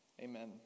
Amen